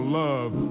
love